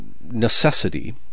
necessity